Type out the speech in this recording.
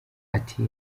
ati